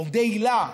עובדי היל"ה,